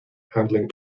handling